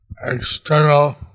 external